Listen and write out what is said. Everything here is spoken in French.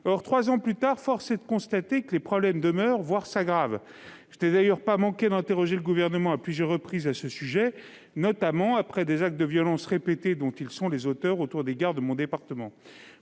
Or, trois ans plus tard, force est de constater que les problèmes demeurent, voire s'aggravent. Je n'ai d'ailleurs pas manqué d'interroger le Gouvernement à plusieurs reprises à ce sujet, en particulier après des actes de violences répétées commises par ces personnes autour des gares de mon département.